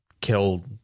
killed